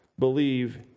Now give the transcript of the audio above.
Believe